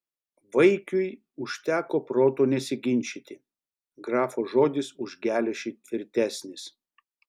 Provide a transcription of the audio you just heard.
vaikiui užteko proto nesiginčyti grafo žodis už geležį tvirtesnis